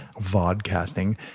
vodcasting